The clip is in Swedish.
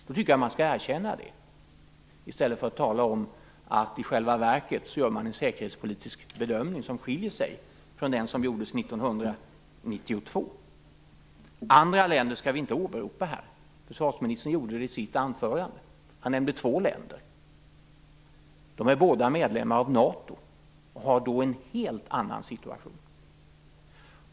Jag tycker att man skall erkänna det i stället för att tala om att man i själva verket gör en säkerhetspolitisk bedömning som skiljer sig från den som gjordes 1992. Vi skall inte åberopa andra länder här. Försvarsministern gjorde det i sitt anförande. Han nämnde två länder. De är båda medlemmar i NATO och har då en helt annan situation.